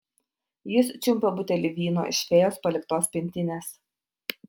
jis čiumpa butelį vyno iš fėjos paliktos pintinės